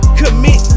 commit